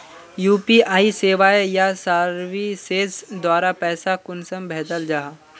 UPI सेवाएँ या services द्वारा पैसा कुंसम भेजाल जाहा?